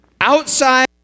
outside